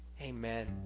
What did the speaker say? Amen